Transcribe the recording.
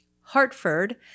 Hartford